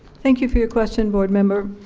thank you for your question board member.